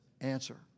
Answer